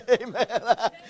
Amen